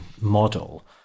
model